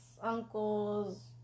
uncles